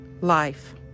life